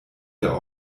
der